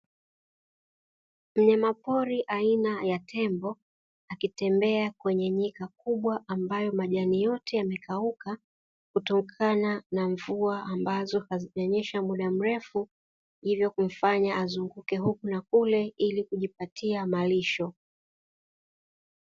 Mnyamapori aina ya tembo akitembea kwenye nyika kubwa ambayo majani yote yamekauka kutokana na mvua ambazo hazijanyesha muda mrefu, hivyo kumfanya azunguke huku na kule ili kujipatia malisho.